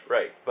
Right